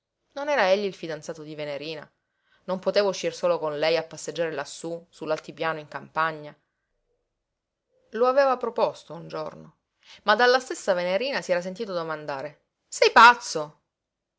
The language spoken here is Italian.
non era egli il fidanzato di venerina non poteva uscir solo con lei a passeggiare lassù su l'altipiano in campagna lo aveva proposto un giorno ma dalla stessa venerina si era sentito domandare sei pazzo